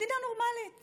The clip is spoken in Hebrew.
מדינה נורמלית